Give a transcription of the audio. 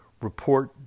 report